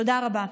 תודה רבה.